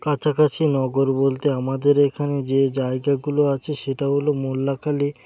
কাছাকাছি নগর বলতে আমাদের এখানে যে জায়গাগুলো আছে সেটা হলো মোল্লাখালি